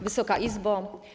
Wysoka Izbo!